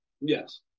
Yes